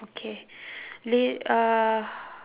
okay la~ uh